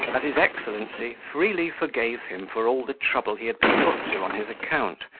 that his excellency freely forgave him for all the trouble he had been put to on his account,